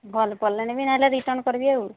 ଭଲ ପଡ଼ିଲେ ନେବି ନହେଲେ ରିଟର୍ନ କରିବି ଆଉ